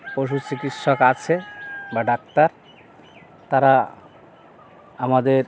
পশু চিকিৎসক আছে বা ডাক্তার তারা আমাদের